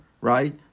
right